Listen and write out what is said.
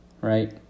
Right